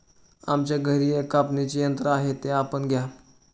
आमच्या घरी एक कापणीचे यंत्र आहे ते आपण घ्या